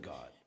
God